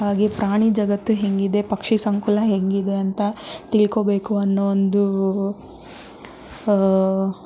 ಹಾಗೆ ಪ್ರಾಣಿ ಜಗತ್ತು ಹೇಗಿದೆ ಪಕ್ಷಿ ಸಂಕುಲ ಹೇಗಿದೆ ಅಂತ ತಿಳ್ಕೊಬೇಕು ಅನ್ನೊ ಒಂದು